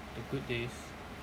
the good days